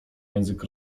język